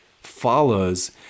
follows